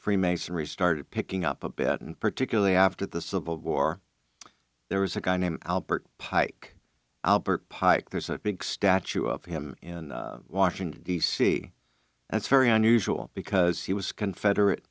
freemasonry started picking up a bit and particularly after the civil war there was a guy named albert pike albert pike there's a big statue of him in washington d c that's very unusual because he was confederate